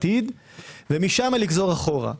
ומשם לגזור אחורה.